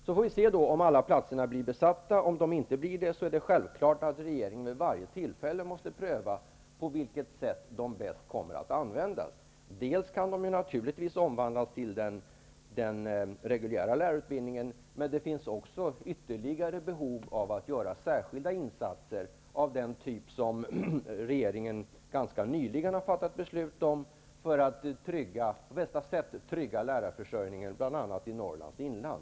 Så får vi se om alla platserna blir besatta. Om inte, är det självklart att regeringen vid varje tillfälle måste pröva på vilket sätt de bäst kan användas. Delvis kan de nauturligtvis omvandlas till platser i den reguljära lärarutbildningen. Det finns vidare ytterligare behov av att göra särskilda insatser av den typ som regeringen ganska nyligen har fattat beslut om för att på bästa sätt trygga lärarförsörjningen bl.a. i Norrlands inland.